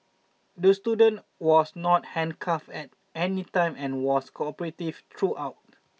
the student was not handcuffed at any time and was cooperative throughout